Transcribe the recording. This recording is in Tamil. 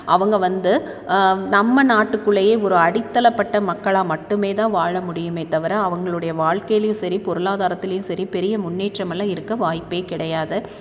அவங்க வந்து நம்ம நாட்டுக்குள்ளேயே ஒரு அடித்தளப்பட்ட மக்களாக மட்டுமேதான் வாழ முடியுமே தவிர அவர்களுடைய வாழ்க்கையிலும் சரி பொருளாதாரத்திலேயும் சரி பெரிய முன்னேற்றமெல்லாம் இருக்க வாய்ப்பே கிடையாது